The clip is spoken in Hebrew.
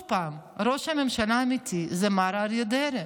עוד פעם, ראש הממשלה האמיתי זה מר אריה דרעי.